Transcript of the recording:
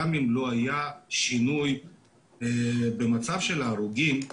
גם אם לא היה שינוי במצב של ההרוגים,